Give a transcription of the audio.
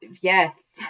yes